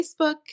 Facebook